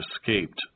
escaped